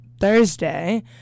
Thursday